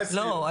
לא,